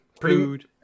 Food